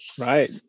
Right